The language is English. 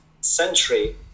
century